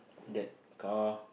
that car